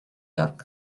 york